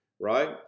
right